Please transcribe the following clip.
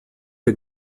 der